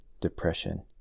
depression